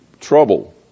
trouble